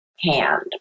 hand